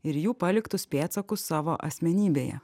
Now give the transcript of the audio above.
ir jų paliktus pėdsakus savo asmenybėje